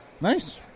Nice